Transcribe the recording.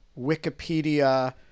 Wikipedia